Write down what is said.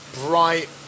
bright